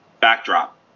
Backdrop